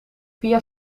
via